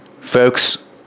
Folks